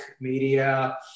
media